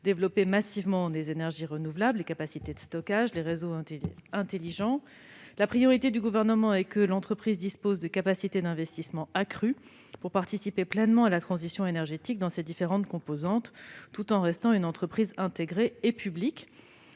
développer massivement les énergies renouvelables, les capacités de stockage ainsi que les réseaux intelligents. La priorité du Gouvernement est qu'EDF dispose de capacités accrues d'investissement pour qu'elle puisse participer pleinement à la transition énergétique dans ses différentes composantes, tout en restant une entreprise intégrée et publique.